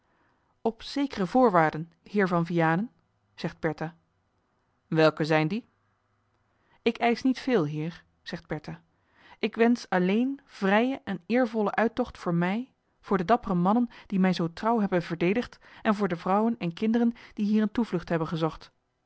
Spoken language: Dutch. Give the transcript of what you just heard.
op zekere voorwaarden heer van vianen zegt bertha welke zijn die ik eisch niet veel heer zegt bertha ik wensch alleen vrijen en eervollen uittocht voor mij voor de dappere mannen die mij zoo trouw hebben verdedigd en voor de vrouwen en kinderen die hier een toevlucht hebben gezocht